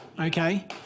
okay